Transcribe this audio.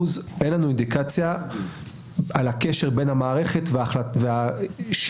אין לנו אינדיקציה על הקשר בין המערכת ושם